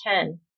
ten